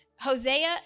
Hosea